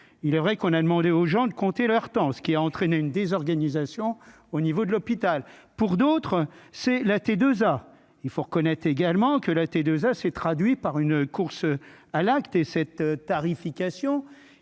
il est vrai qu'on a demandé aux gens de compter leur temps, ce qui a entraîné une désorganisation au niveau de l'hôpital pour d'autres c'est la T2A, il faut reconnaître également que la T2A s'est traduit par une course à l'acte et cette tarification